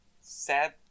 Sad